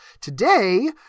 today